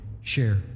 share